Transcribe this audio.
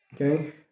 Okay